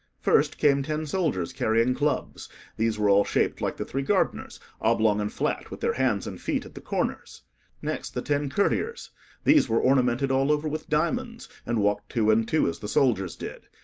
first came ten soldiers carrying clubs these were all shaped like the three gardeners, oblong and flat, with their hands and feet at the corners next the ten courtiers these were ornamented all over with diamonds, and walked two and two, as the soldiers did.